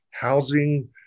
housing